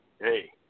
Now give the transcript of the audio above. hey